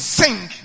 sing